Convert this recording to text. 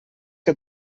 que